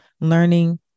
Learning